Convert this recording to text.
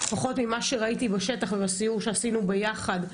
לפחות ממה שראיתי בשטח ובסיור שעשינו ביחד,